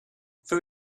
for